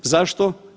Zašto?